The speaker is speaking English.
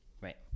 Right